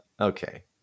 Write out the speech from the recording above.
Okay